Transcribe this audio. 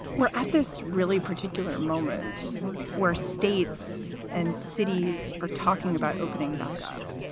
we're at this really particular moment where states and cities are talking about opening back up.